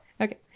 Okay